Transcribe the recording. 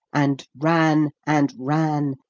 and ran, and ran,